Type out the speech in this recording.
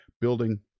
building